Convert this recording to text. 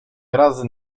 razy